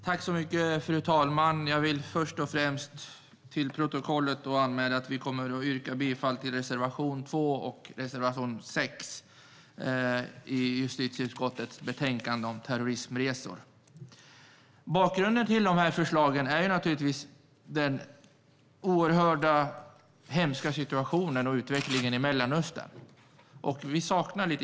Fru talman! Jag vill först och främst få fört till protokollet att vi kommer att yrka bifall till reservation 2 och reservation 6 i justitieutskottets betänkande om terrorismresor. Bakgrunden till förslagen är naturligtvis den oerhört hemska situationen och utvecklingen i Mellanöstern.